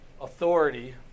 authority